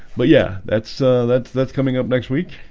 but yeah, that's that's that's coming up next week,